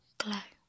glow